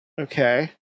Okay